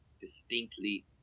distinctly